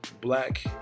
Black